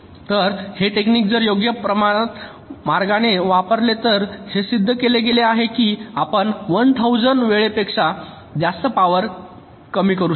तर हे टेक्निक जर योग्य मार्गाने वापरले तर हे सिद्ध केले गेले आहे की आपण 1000 वेळेपेक्षा जास्त पॉवर कमी करू शकता